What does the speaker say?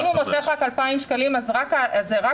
אם הוא מושך רק 2,000 שקלים זה רק